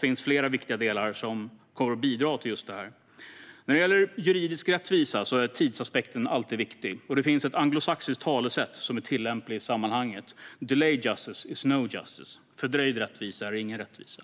finns flera viktiga delar som kommer att bidra till just detta. När det gäller juridisk rättvisa är tidsaspekten alltid viktig. Det finns ett anglosaxiskt talesätt som är tillämpligt i sammanhangen: Delayed justice is no justice - fördröjd rättvisa är ingen rättvisa.